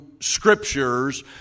scriptures